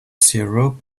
syrup